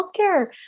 healthcare